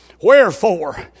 Wherefore